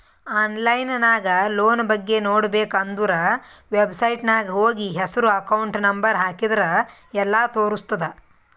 online ನಾಗ್ loan ಬಗ್ಗೆ ನೋಡ್ಬೇಕ ಅಂದುರ್ ವೆಬ್ಸೈಟ್ನಾಗ್ ಹೋಗಿ ಹೆಸ್ರು ಅಕೌಂಟ್ ನಂಬರ್ ಹಾಕಿದ್ರ ಎಲ್ಲಾ ತೋರುಸ್ತುದ್